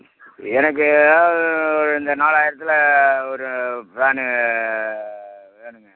எனக்கு எதாவது ஒரு இந்த நாலாயிரத்தில் ஒரு ஃபேனு வேணுங்க